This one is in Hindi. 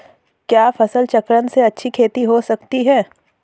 क्या फसल चक्रण से अच्छी खेती हो सकती है?